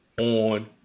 on